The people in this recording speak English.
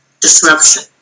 disruption